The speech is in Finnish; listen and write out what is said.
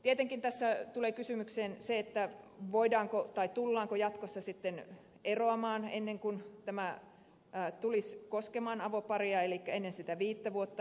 tietenkin tässä tulee se kysymys tullaanko jatkossa sitten hetkellisesti eroamaan ennen kuin tämä tulisi koskemaan avopareja eli ennen sitä viittä vuotta